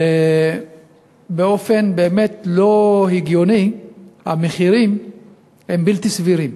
ובאופן באמת לא הגיוני המחירים בלתי סבירים.